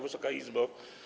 Wysoka Izbo!